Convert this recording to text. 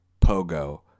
Pogo